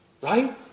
Right